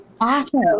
Awesome